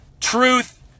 truth